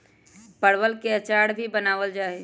परवल के अचार भी बनावल जाहई